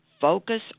Focus